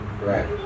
Right